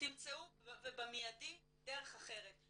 תמצאו ובמיידי דרך אחרת.